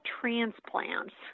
transplants